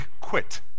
quit